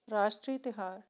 ਰਾਸ਼ਟਰੀ ਤਿਉਹਾਰ